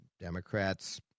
Democrats